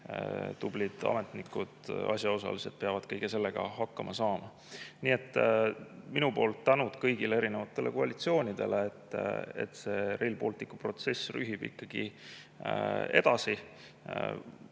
tublid ametnikud, asjaosalised, peavad kõige sellega hakkama saama. Nii et minu poolt tänud kõigile koalitsioonidele, et see Rail Balticu protsess ikkagi edasi